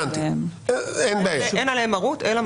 אין עליהם מרות.